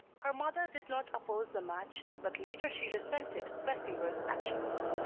her mother did not oppose the match, but later she resented clesinger's actions.